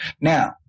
Now